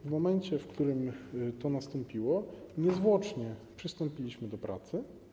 W momencie, w którym to nastąpiło, niezwłocznie przystąpiliśmy do pracy.